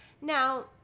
now